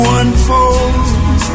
unfold